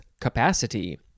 capacity